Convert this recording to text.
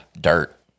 dirt